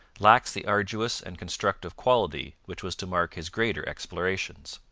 lacks the arduous and constructive quality which was to mark his greater explorations.